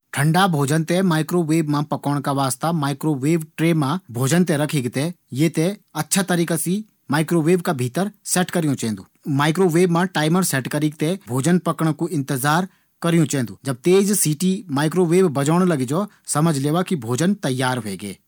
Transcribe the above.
ठंडा भोजन थें माइक्रो वेव मा पकोंण का वास्ता माईक्रोवेव ट्रे मा भोजन थें रखीक थें ये थें माइक्रोवेव मा अच्छा तरीका से सेट करियु चैन्दु। मिक्रोवेव मा टाइमर सेट करीक थें भोजन पकणा कू इंतजार करियूँ चैन्दु। माइक्रोवेव तेज सीटी बजोण लगी जौ त मतलब भोजन तैयार च।